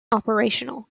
operational